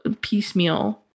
piecemeal